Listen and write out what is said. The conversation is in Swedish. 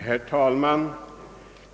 Herr talman!